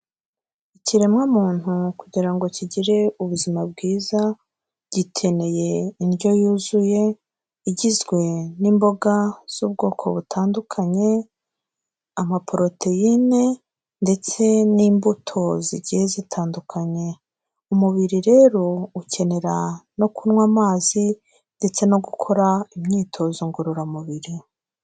Ikiremwamuntu kugira ngo kigire ubuzima bwiza, gikeneye indyo yuzuye igizwe n'imboga z'ubwoko butandukanye, amaporoteyine ndetse n'imbuto zigiye zitandukanye. Umubiri rero ukenera no kunywa amazi ndetse no gukora imyitozo ngororamubiri.